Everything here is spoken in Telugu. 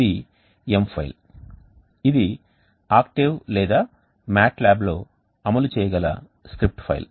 ఇది m ఫైల్ ఇది ఆక్టేవ్ లేదా MATLABలో అమలు చేయగల స్క్రిప్ట్ ఫైల్